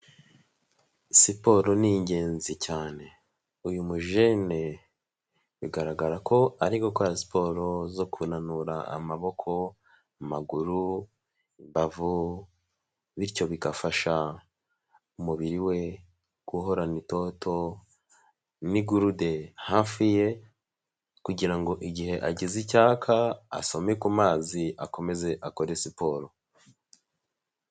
Siporo ni ingenzi cyane. Uyu mujene, bigaragara ko ari gukora siporo zo kunanura amaboko, amaguru, imbavu bityo bigafasha umubiri we guhorana itoto n'igurude hafi ye kugira ngo igihe agize icyaka, asome ku mazi akomeze akore siporo.